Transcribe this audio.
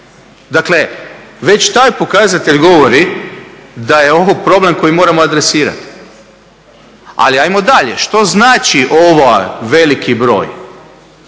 Dakle već taj pokazatelj govori da je ovo problem koji moramo adresirati. Ali ajmo dalje, što znači ovaj veliki broj?